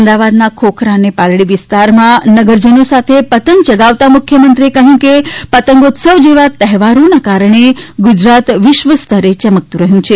અમદાવાદના ખોખરા અને પાલડી વિસ્તારમાં નગરજનો સાથે પતંગ ચગાવતા મુખ્યમંત્રીએ કહ્યું કે પતંગોત્સવ જેવા તહેવારોના કારણે ગુજરાત વિશ્વ સ્તરે ચમકતું રહ્યું છે